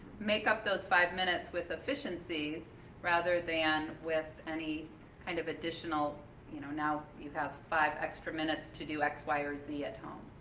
make up those five minutes with efficiencies rather than with any kind of additional you know now you have five extra minutes to do x, y or z at home.